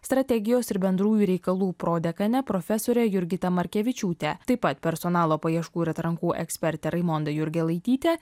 strategijos ir bendrųjų reikalų prodekane profesore jurgita markevičiūte taip pat personalo paieškų ir atrankų eksperte raimonda jurgelaityte